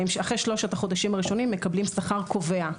אחרי שלושת החודשים הראשונים מקבלים שכר קובע.